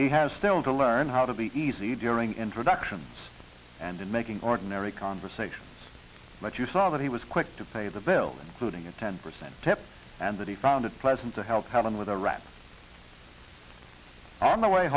he has still to learn how to be easy during introductions and in making ordinary conversation but you saw that he was quick to pay the bills including a ten percent tip and that he found it pleasant to help out him with a wrap on the way